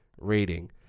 rating